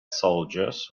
soldiers